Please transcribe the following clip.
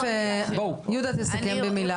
יהודה, תסכם במילה.